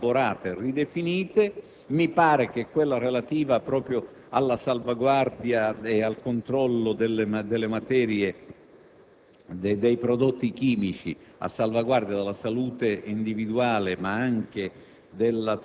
che sono state aggiustate, elaborate, rielaborate, ridefinite; mi pare che quella relativa proprio al controllo delle materie